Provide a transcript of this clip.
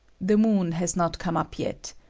the moon has not come up yet.